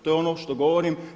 To je ono što govorim.